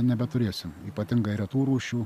nebeturėsim ypatingai retų rūšių